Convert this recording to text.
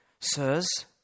Sirs